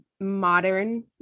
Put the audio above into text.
modern